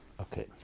Okay